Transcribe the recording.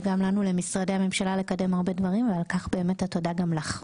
וגם לנו למשרדי הממשלה לקדם הרבה דברים ועל כך באמת התודה גם לך.